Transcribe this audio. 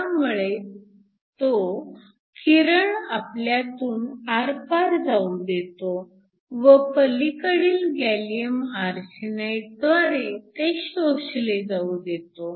त्यामुळे तो किरण आपल्यातून आरपार जाऊ देतो व पलीकडील गॅलीयम आरसेनाइडद्वारे ते शोषले जाऊ देतो